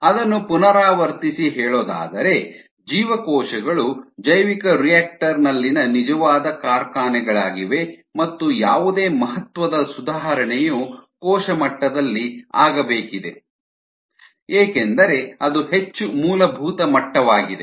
ಅದನ್ನು ಪುನರಾವರ್ತಿಸಿ ಹೇಳೋದಾದರೆ ಜೀವಕೋಶಗಳು ಜೈವಿಕರಿಯಾಕ್ಟರ್ ನಲ್ಲಿನ ನಿಜವಾದ ಕಾರ್ಖಾನೆಗಳಾಗಿವೆ ಮತ್ತು ಯಾವುದೇ ಮಹತ್ವದ ಸುಧಾರಣೆಯು ಕೋಶ ಮಟ್ಟದಲ್ಲಿ ಆಗಬೇಕಿದೆ ಏಕೆಂದರೆ ಅದು ಹೆಚ್ಚು ಮೂಲಭೂತ ಮಟ್ಟವಾಗಿದೆ